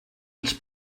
els